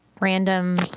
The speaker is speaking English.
random